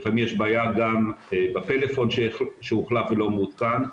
לפעמים יש בעיה גם בפלאפון שהוחלף ולא מעודכן,